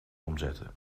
omzetten